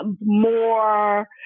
more